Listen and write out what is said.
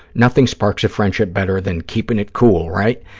nothing sparks a friendship better than keeping it cool, right?